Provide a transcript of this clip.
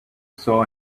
saw